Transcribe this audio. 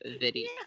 video